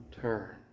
turn